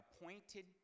appointed